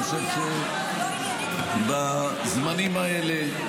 אני חושב שבזמנים האלה,